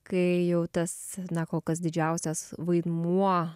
kai jau tas na kol kas didžiausias vaidmuo